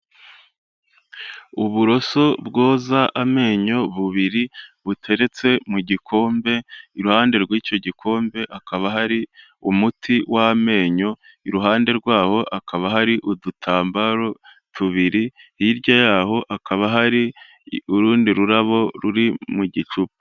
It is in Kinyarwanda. Uburoso bwoza amenyo bubiri buteretse mu gikombe, iruhande rw'icyo gikombe hakaba hari umuti w'amenyo, iruhande rwawo hakaba hari udutambaro tubiri, hirya yaho hakaba hari urundi rurabo ruri mu gicupa.